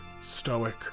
stoic